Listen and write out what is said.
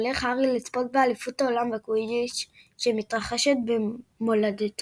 הולך הארי לצפות באליפות העולם בקווידיץ' שמתרחשת במולדתו,